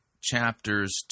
chapters